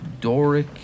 Doric